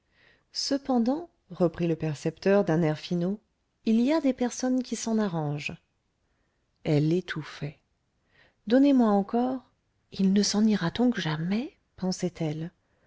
cependant reprit le percepteur d'un air finaud il y a des personnes qui s'en arrangent elle étouffait donnez-moi encore il ne s'en ira donc jamais